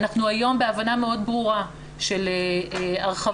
אנחנו היום בהבנה מאוד ברורה של הרחבת